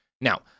Now